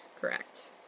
Correct